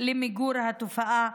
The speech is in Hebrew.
למיגור התופעה,